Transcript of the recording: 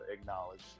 acknowledge